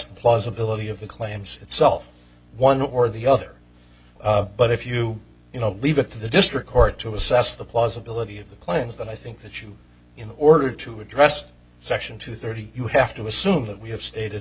the plausibility of the claims itself one or the other but if you you know leave it to the district court to assess the plausibility of the plans that i think that you in order to address section two thirty you have to assume that we have stated